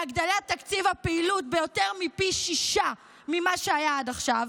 והגדלת תקציב הפעילות ביותר מפי שישה ממה שהיה עד עכשיו,